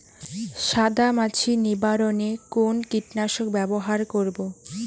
সাদা মাছি নিবারণ এ কোন কীটনাশক ব্যবহার করব?